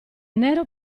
nero